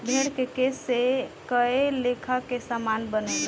भेड़ के केश से कए लेखा के सामान बनेला